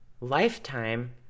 Lifetime